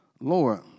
Lord